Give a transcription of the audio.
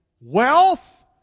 wealth